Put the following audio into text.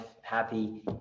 happy